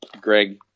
Greg